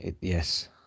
Yes